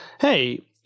hey